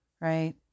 Right